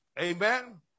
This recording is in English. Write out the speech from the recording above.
Amen